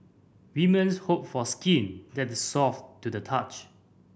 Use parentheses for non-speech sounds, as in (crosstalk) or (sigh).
women (unintelligible) hope for skin that is soft to the touch